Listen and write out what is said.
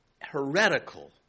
heretical